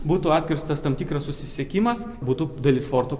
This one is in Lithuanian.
būtų atkirstas tam tikras susisiekimas būtų dalis forto